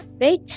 right